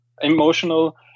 emotional